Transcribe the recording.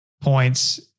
points